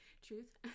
Truth